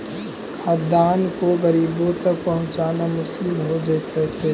खाद्यान्न को गरीबों तक पहुंचाना मुश्किल हो जइतइ